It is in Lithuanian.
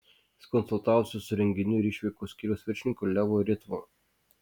jis konsultavosi su renginių ir išvykų skyriaus viršininku levu ritvu